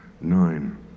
Nine